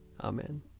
Amen